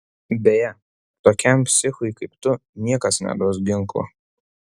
beje tokiam psichui kaip tu niekas neduos ginklo